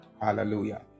hallelujah